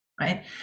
right